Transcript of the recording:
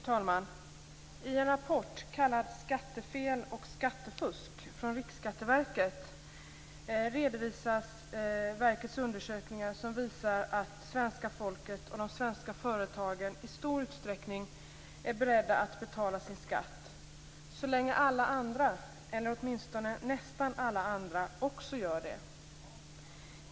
Fru talman! I en rapport kallad Skattefel och skattefusk från Riksskatteverket redovisas att verkets undersökningar visar att svenska folket och de svenska företagen i stor utsträckning är beredda att betala sin skatt - så länge alla andra eller åtminstone nästan alla andra också gör det.